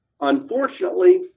Unfortunately